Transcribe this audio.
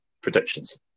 predictions